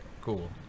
Cool